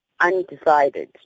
undecided